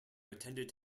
attended